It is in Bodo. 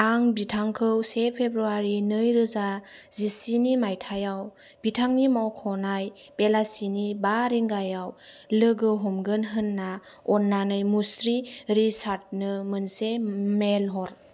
आं बिथांखौ से फेब्रुआरि नैरोजा जिस्नि मायथाइयाव बिथांनि मख'नाय बेलासिनि बा रिंगायाव लोगो हमगोन होन्ना अन्नानै मुस्रि रिचार्डनो मोनसे मेइल हर